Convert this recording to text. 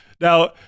now